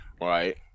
right